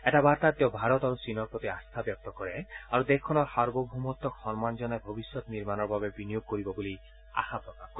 এটা বাৰ্তাত তেওঁ ভাৰত আৰু চীনৰ প্ৰতি আস্থা ব্যক্ত কৰে আৰু দেশখনৰ সাৰ্বভৌমত্ক সন্মান জনাই ভৱিষ্যৎ নিৰ্মণৰ বাবে বিনিয়োগ কৰিব বুলি আশা প্ৰকাশ কৰে